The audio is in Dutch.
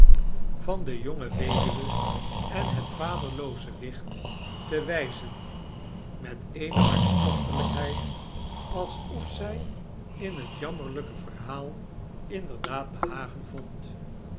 van de jonge weduwe en het vaderlooze wicht te wijzen met eene hartstochtelijkheid alsof zij in het jammerlijke verhaal inderdaad behagen vond